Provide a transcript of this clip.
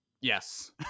Yes